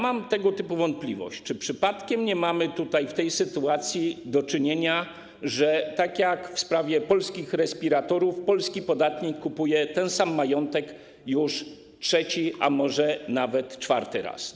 Mam tego typu wątpliwość, czy przypadkiem nie mamy w tej sytuacji do czynienia, że tak jak w sprawie polskich respiratorów polski podatnik kupuje ten sam majątek już trzeci, a może nawet czwarty raz.